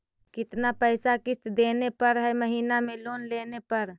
कितना पैसा किस्त देने पड़ है महीना में लोन लेने पर?